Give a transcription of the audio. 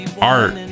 art